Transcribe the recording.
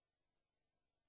צה"ל.